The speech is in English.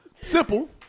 Simple